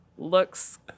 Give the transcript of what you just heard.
looks